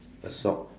a sock